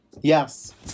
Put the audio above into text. Yes